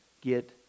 get